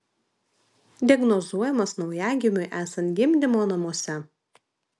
diagnozuojamas naujagimiui esant gimdymo namuose